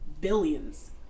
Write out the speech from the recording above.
billions